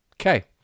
Okay